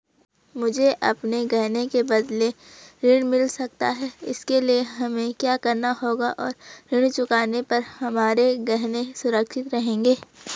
मुझे अपने गहने के बदलें ऋण मिल सकता है इसके लिए हमें क्या करना होगा और ऋण चुकाने पर हमारे गहने सुरक्षित रहेंगे?